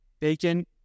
Bacon